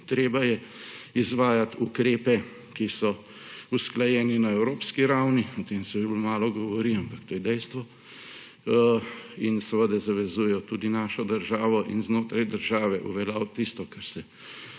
treba je izvajati ukrepe, ki so usklajeni na evropski ravni – o tem se bolj malo govori, ampak to je dejstvo – in seveda zavezujejo tudi našo državo, in znotraj države uveljaviti tisto, kar je